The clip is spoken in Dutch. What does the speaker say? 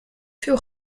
veel